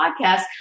podcast